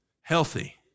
Healthy